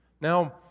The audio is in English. Now